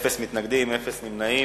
אין מתנגדים, אין נמנעים.